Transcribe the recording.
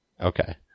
Okay